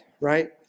right